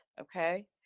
okay